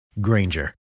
Granger